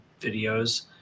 videos